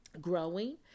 growing